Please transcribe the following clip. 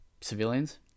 civilians